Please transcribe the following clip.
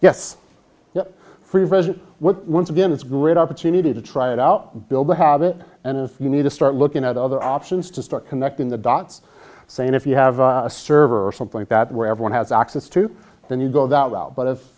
version was once again it's great opportunity to try it out build a habit and if you need to start looking at other options to start connecting the dots saying if you have a server or something that wherever one has access to then you go that route but it's